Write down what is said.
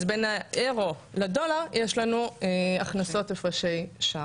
אז בין היורו לדולר יש לנו הכנסות הפרשי שער.